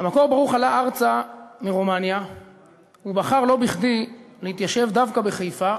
ה"מקור ברוך" עלה ארצה מרומניה ובחר לא בכדִי להתיישב דווקא בחיפה,